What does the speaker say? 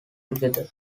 together